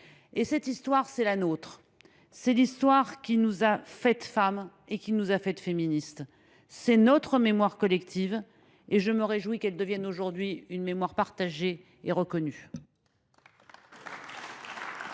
Cette histoire, c’est la nôtre. C’est l’histoire qui nous a faites femmes et qui nous a faites féministes. C’est notre mémoire collective. Je me réjouis qu’elle devienne aujourd’hui une mémoire partagée et reconnue.